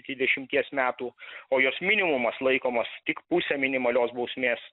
dvidešimties metų o jos minimumas laikomos tik pusę minimalios bausmės